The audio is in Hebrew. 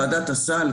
ועדת הסל,